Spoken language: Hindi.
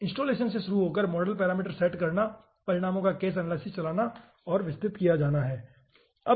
इंस्टालेशन से शुरू होकर मॉडल पैरामीटर सेट करना परिणामों का केस एनालिसिस चलाना विस्तृत किया गया है